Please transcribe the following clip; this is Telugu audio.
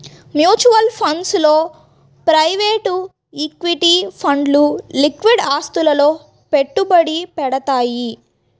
మ్యూచువల్ ఫండ్స్ లో ప్రైవేట్ ఈక్విటీ ఫండ్లు లిక్విడ్ ఆస్తులలో పెట్టుబడి పెడతయ్యి